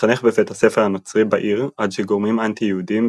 התחנך בבית הספר הנוצרי בעיר עד שגורמים אנטי-יהודים,